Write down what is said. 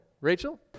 Rachel